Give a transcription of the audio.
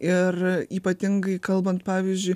ir ypatingai kalbant pavyzdžiui